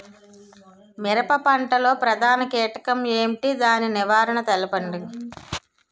మిరప పంట లో ప్రధాన కీటకం ఏంటి? దాని నివారణ తెలపండి?